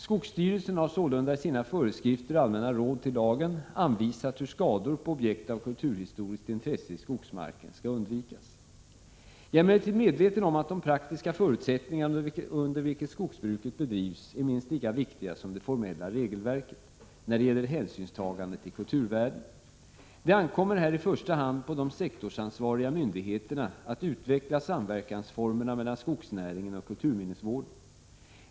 Skogsstyrelsen har sålunda i sina föreskrifter och allmänna råd till lagen anvisat hur skador på objekt av kulturhistoriskt intresse i skogsmark skall undvikas. Jag är emellertid medveten om att de praktiska förutsättningar under vilket skogsbruket bedrivs är minst lika viktiga som det formella regelverket, när det gäller hänsynstagande till kulturvärden. Det ankommer i första hand på de sektorsansvariga myndigheterna att utveckla samverkansformerna mellan skogsnäringen och kulturminnesvården.